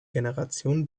generation